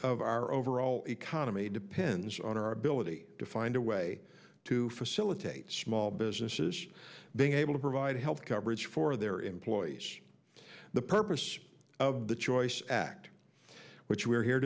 of our overall economy depends on our ability to find a way to facilitate small businesses being able to provide health coverage for their employees the purpose of the choice act which we're here